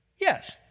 Yes